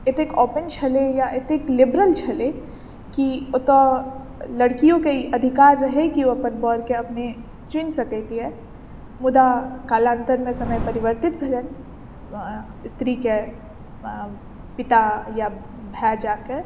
एतेक ओपेन छलै या एतेक लिबरल छलै कि ओतऽ लड़कियो के ई अधिकार रहै कि ओ अपन बरकेँ अपने चुनि सकैत यऽ मुदा कालान्तर मे समय परिवर्तित भेलनि स्त्री केँ पिता या भाए जा के